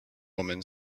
woman